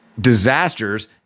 disasters